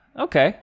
Okay